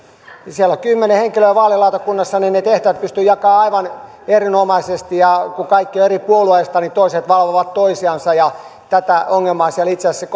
siellä on kymmenen henkilöä vaalilautakunnassa niin että ne tehtävät pystyi jakamaan aivan erinomaisesti kun kaikki ovat eri puolueista niin toiset valvovat toisiansa ja tätä ongelmaa siellä itse asiassa